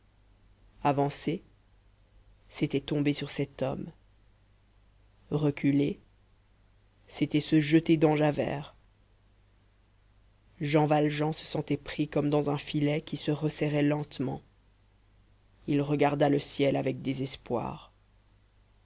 avancer c'était tomber sur cet homme reculer c'était se jeter dans javert jean valjean se sentait pris comme dans un filet qui se resserrait lentement il regarda le ciel avec